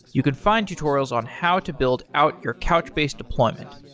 you could find tutorials on how to build out your couchbase deployment.